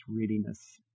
readiness